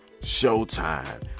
Showtime